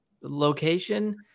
location